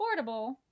affordable